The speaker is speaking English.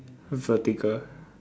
vertical